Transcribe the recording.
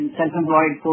self-employed